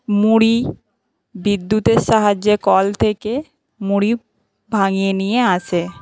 মুড়ি বিদ্যুতের সাহায্যে কল থেকে মুড়ি ভাঙিয়ে নিয়ে আসে